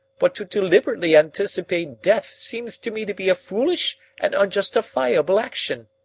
but to deliberately anticipate death seems to me to be a foolish and unjustifiable action.